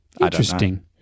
Interesting